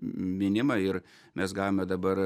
minima ir mes gavome dabar